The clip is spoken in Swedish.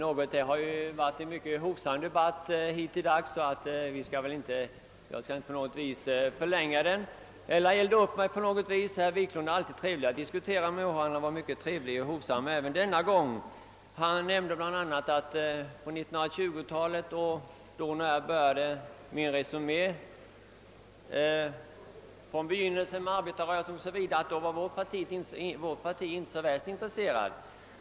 Herr talman! Debatten i denna fråga har hittills varit mycket hovsam, och jag skall inte förlänga den eller på något vis elda upp mig. Herr Wiklund i Härnösand är det alltid mycket trevligt att diskutera med, och så är fallet även i dag. Han nämnde bland annat att i början på detta sekel där jag i mitt tidigare anförande började min resumé med den begynnande arbetarrörelsen 0.S. V., var vårt parti inte så värst intresserat för företagsdemokrati.